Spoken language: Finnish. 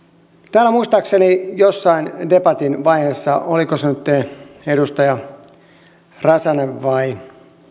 täällä muistaakseni jossain debatin vaiheessa mainittiin oliko edustaja räsänen vai